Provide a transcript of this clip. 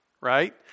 right